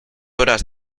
horas